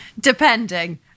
depending